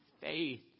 faith